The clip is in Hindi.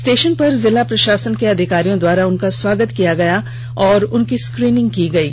स्टेषन पर जिला प्रषासन के अधिकारियों द्वारा स्वागत किया गया और मजदूरों की स्क्रीनिंग की गयी